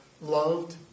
Loved